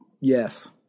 yes